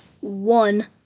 one